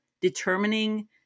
determining